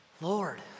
Lord